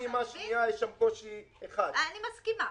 בפעימה השנייה יש קושי אחד --- אני מסכימה.